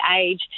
age